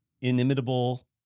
Inimitable